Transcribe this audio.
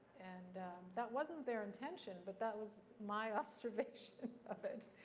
and that wasn't their intention, but that was my observation of it.